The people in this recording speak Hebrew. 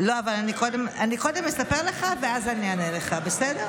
אני קודם אספר לך ואז אני אענה לך, בסדר?